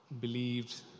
believed